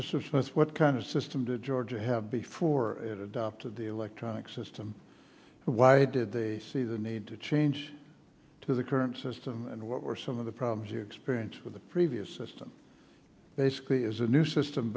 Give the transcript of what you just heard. this is what kind of system to georgia have before it adopted the electronic system why do they see the need to change to the current system and what were some of the problems you experience with the previous system basically is a new system